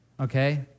okay